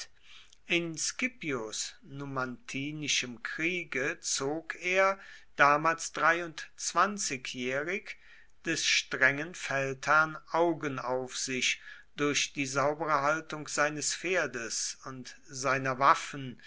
in scipios numantinischem kriege zog er damals dreiundzwanzigjährig des strengen feldherrn augen auf sich durch die saubere haltung seines pferdes und seiner waffen